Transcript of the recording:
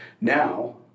now